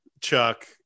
Chuck